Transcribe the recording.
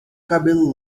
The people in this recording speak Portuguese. cabelo